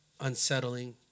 unsettling